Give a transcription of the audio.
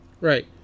right